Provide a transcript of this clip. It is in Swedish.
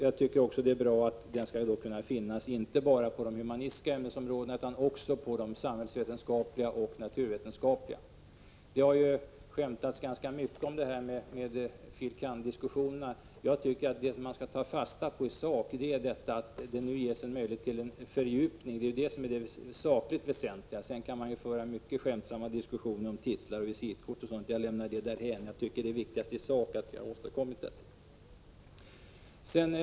Jag tycker också att det är bra att denna examen skall kunna finnas inte bara inom de humanistiska ämnesområdena utan också inom de samhällsvetenskapliga och de naturvetenskapliga områdena. Det har ju skämtats ganska mycket om diskussionen angående fil. kand.-examen. Men jag tycker att det man skall ta fasta på är att det ges möjlighet till en fördjupning — det är detta som är det sakligt väsentliga. Sedan kan man föra mycket skämtsamma diskussioner om titlar och visitkort etc. Det lämnar jag emellertid därhän. Jag tycker att det viktigaste i sak är att vi har kommit fram till det nu föreliggande förslaget.